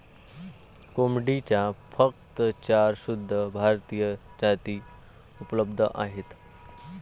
कोंबडीच्या फक्त चार शुद्ध भारतीय जाती उपलब्ध आहेत